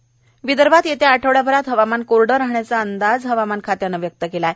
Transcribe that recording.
हवामान विदर्भात येत्या आठवडयाभरात हवामान कोरड राहण्याचा अंदाज हवामान खात्यानं व्यक्त केला आहे